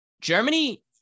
Germany